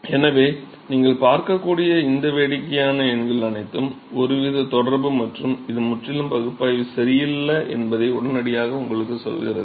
எனவே நீங்கள் பார்க்கக்கூடிய இந்த வேடிக்கையான எண்கள் அனைத்தும் ஒருவித தொடர்பு மற்றும் இது முற்றிலும் பகுப்பாய்வு சரியல்ல என்பதை உடனடியாக உங்களுக்குச் சொல்கிறது